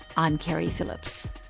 i'm keri phillips